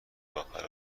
آخر